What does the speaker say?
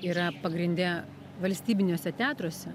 yra pagrinde valstybiniuose teatruose